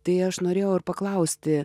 tai aš norėjau ir paklausti